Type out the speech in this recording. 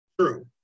True